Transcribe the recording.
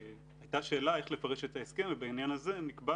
והייתה שאלה איך לפרש את ההסכם ובעניין הזה נקבע